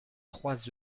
trois